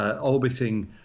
orbiting